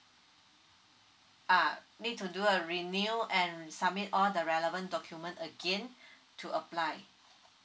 ah need to do a renew and submit all the relevant document again to apply